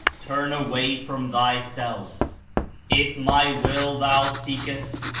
turn away from thyself if my will thou seekest,